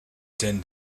din